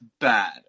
bad